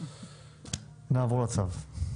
נעבור לצו.